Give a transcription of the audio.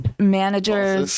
Managers